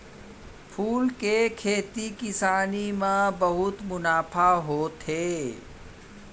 फूल के खेती किसानी म बहुत मुनाफा होथे